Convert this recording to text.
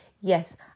yes